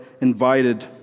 invited